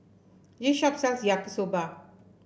this shop sells Yaki Soba